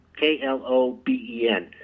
K-L-O-B-E-N